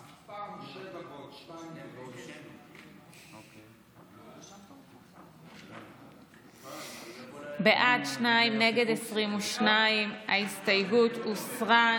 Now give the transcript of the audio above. בעד, שניים, נגד, 22. ההסתייגות הוסרה.